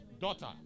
daughter